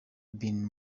been